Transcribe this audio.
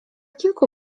kilku